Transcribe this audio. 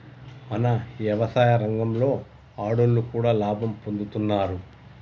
మన యవసాయ రంగంలో ఆడోళ్లు కూడా లాభం పొందుతున్నారు